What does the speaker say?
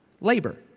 labor